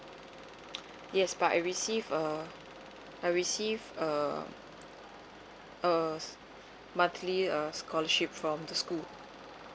yes but I receive uh I receive uh uh monthly uh scholarship from the school